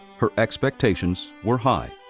her expectations were high.